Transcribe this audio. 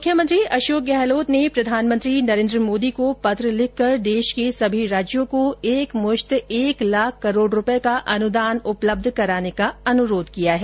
मुख्यमंत्री अशोक गहलोत ने प्रधानमंत्री नरेंद्र मोदी को पत्र लिखकर देश के सभी राज्यों को एक मुश्त एक लाख करोड रूपये का अनुदान उपलब्ध कराने का अनुरोध किया है